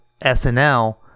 SNL